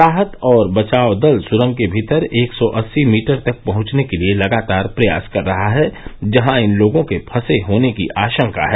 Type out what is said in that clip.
राहत और बचाव दल सुरंग के भीतर एक सौ अस्सी मीटर तक पहुंचने के लिए लगातार प्रयास कर रहा है जहां इन लोगों के फंसे होने की आशंका है